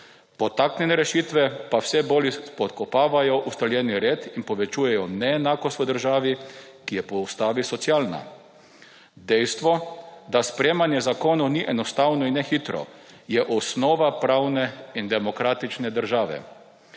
Podtaknjene rešitve pa vse bolj spodkopavajo ustaljeni red in povečujejo neenakost v državi, ki je po ustavi socialna. Dejstvo, da sprejemanje zakonov ni enostavno in ne hitro, je osnova pravne in demokratične države.